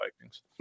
Vikings